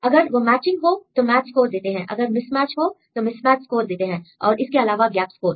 अगर वह मैचिंग हो तो मैच स्कोर देते हैं अगर मिसमैच हो तो मिसमैच स्कोर देते हैं और इसके अलावा गैप स्कोर